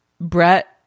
Brett